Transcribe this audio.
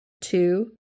two